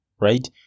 right